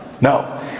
No